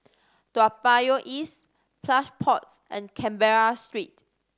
Toa Payoh East Plush Pods and Canberra Street